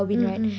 mm mm